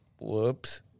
whoops